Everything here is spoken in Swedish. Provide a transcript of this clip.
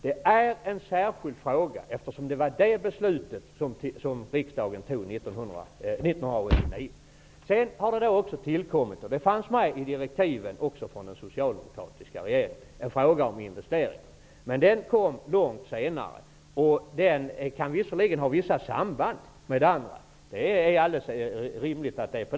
Det här är en särskild fråga, eftersom det var det beslutet som riksdagen fattade 1989. Det har vidare tillkommit -- det fanns med i direktiven från den socialdemokratiska regeringen -- en fråga om investeringar. Men den kom långt senare. Den kan visserligen ha vissa samband med det andra. Det är alldeles rimligt att det är så.